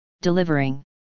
Delivering